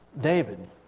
David